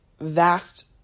vast